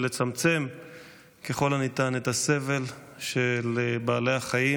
לצמצם ככל הניתן את הסבל של בעלי החיים.